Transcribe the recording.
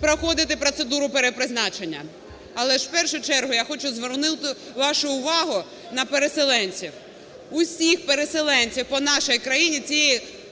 проходити процедуру перепризначення. Але в першу чергу я хочу звернути вашу увагу на переселенців. Всіх переселенців по нашій країні цією постановою